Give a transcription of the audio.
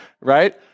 Right